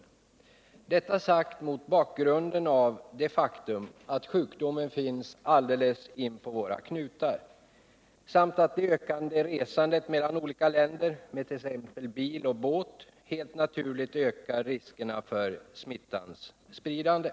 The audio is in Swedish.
Jag säger detta mot bakgrunden av det faktum att sjukdomen finns alldeles inpå våra knutar samt att det ökande resandet mellan olika länder med t.ex. bil och båt naturligtvis ökar riskerna för smittans spridande.